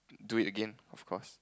do it again of course